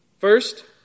First